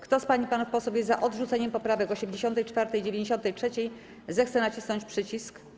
Kto z pań i panów posłów jest za odrzuceniem poprawek 84. i 93., zechce nacisnąć przycisk.